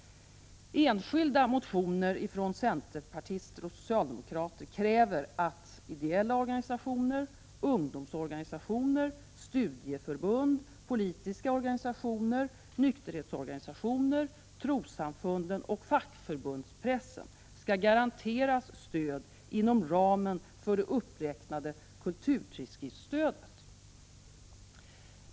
Enskilda motioner från centerpartister och socialdemokrater kräver att ideella organisationer, ungdomsorganisationer, studieförbund, politiska organisationer, nykterhetsorganisationer, trossamfunden och fackförbundspressen skall garanteras stöd inom ramen för det uppräknade kulturtidskriftsstödet.